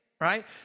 right